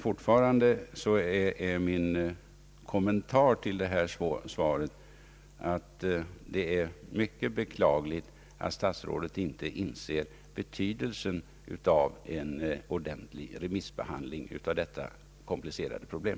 Fortfarande är emellertid min kommentar till det svar jag fått, att det är mycket beklagligt att statsrådet inte inser betydelsen av en ordentlig remissbehandling av detta komplicerade problem.